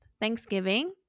Thanksgiving